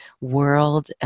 world